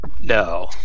No